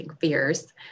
fears